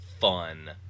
fun